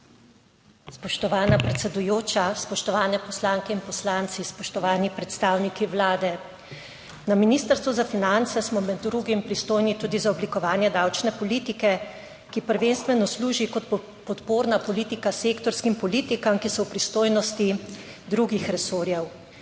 Spoštovana predsedujoča, spoštovane poslanke in poslanci, spoštovani predstavniki Vlade. Na Ministrstvu za finance smo med drugim pristojni tudi za oblikovanje davčne politike, ki prvenstveno služi kot podporna politika sektorskim politikam, ki so v pristojnosti drugih resorjev.